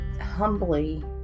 humbly